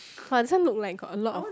Fan Sheng look like got a lot of